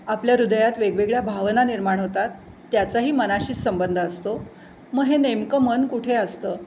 आपल्या हृदयात वेगवेगळ्या भावना निर्माण होतात त्याचाही मनाशीच संबंध असतो मग हे नेमकं मन कुठे असतं